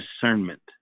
discernment